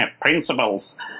principles